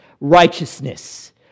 righteousness